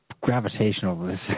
gravitational